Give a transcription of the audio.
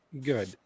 good